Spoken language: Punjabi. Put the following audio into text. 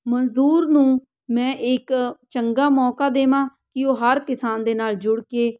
ਮਜ਼ਦੂਰ ਨੂੰ ਮੈਂ ਇੱਕ ਚੰਗਾ ਮੌਕਾ ਦੇਵਾਂ ਕਿ ਉਹ ਹਰ ਕਿਸਾਨ ਦੇ ਨਾਲ ਜੁੜ ਕੇ